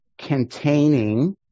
containing